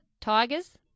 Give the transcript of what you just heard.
Tigers